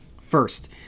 First